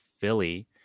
philly